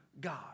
God